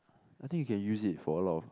I think you can use it for a lot of